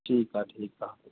ठीकु आहे ठीकु आहे